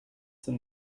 zur